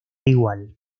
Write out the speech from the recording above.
igual